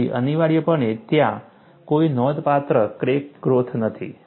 તેથી અનિવાર્યપણે ત્યાં કોઈ નોંધપાત્ર ક્રેક ગ્રોથ નથી